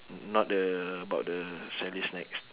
not the about the sally's snacks